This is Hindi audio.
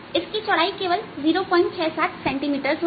इसकी चौड़ाई केवल 067 सैंटीमीटर्स होगी